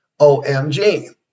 OMG